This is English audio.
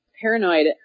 paranoid